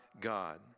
god